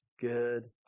good